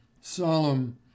Solemn